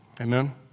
Amen